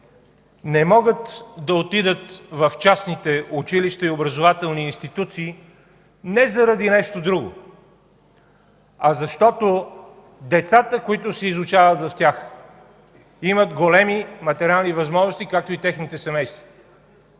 не могат да отидат в частните училища и образователни институции не заради нещо друго, а защото децата, които се изучават в тях, имат големи материални възможности, както и техните семейства.